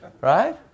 right